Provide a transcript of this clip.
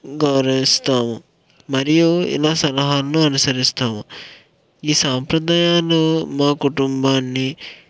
గౌరవిస్తాము మరియు ఇలా సలహాలను అనుసరిస్తాము ఈ సాంప్రదాయాలు మా కుటుంబాన్ని